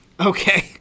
Okay